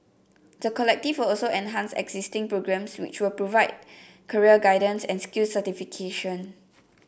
the collective will also enhance existing programmes which provide career guidance and skills certification